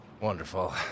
Wonderful